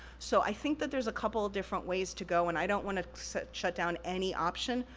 so, i think that there's a couple of different ways to go, and i don't wanna shut down any option,